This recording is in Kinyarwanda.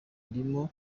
ndimo